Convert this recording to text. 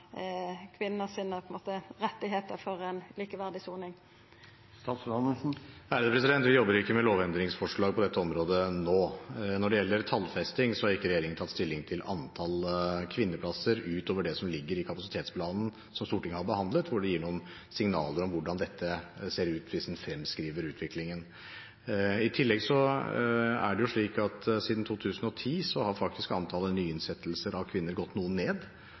likeverdig soning? Vi jobber ikke med lovendringsforslag på dette området nå. Når det gjelder tallfesting, har ikke regjeringen tatt stilling til antall kvinneplasser utover det som ligger i kapasitetsplanen som Stortinget har behandlet, hvor de gir noen signaler om hvordan dette ser ut hvis en fremskriver utviklingen. I tillegg er det slik at siden 2010 har faktisk antall nyinnsatte kvinner gått noe ned.